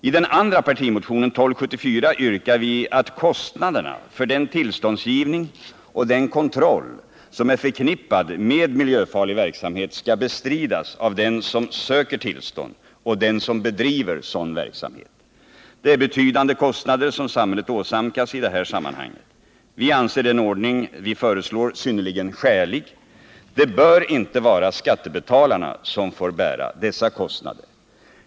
I den andra partimotionen, 1274, yrkar vi att kostnaderna för den tillståndsgivning och den kontroll som är förknippade med miljöfarlig verksamhet skall bestridas av den som söker tillstånd och den som bedriver sådan verksamhet. Det är betydande kostnader som samhället åsamkas i detta sammanhang. Vi anser att den ordning vi föreslår är synnerligen skälig. Det bör inte vara skattebetalarna som skall bära dessa kostnader.